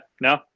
no